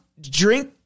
drink